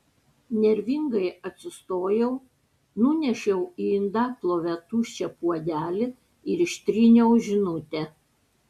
nervingai atsistojau nunešiau į indaplovę tuščią puodelį ir ištryniau žinutę